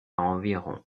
environ